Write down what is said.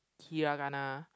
Hiragana